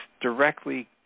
directly